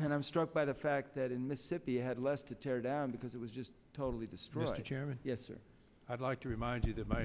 and i'm struck by the fact that in mississippi had less to tear down because it was just totally destroyed chairman yes or i'd like to remind you t